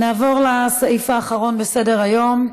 נעבור לסעיף האחרון בסדר-היום.